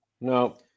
No